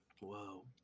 Whoa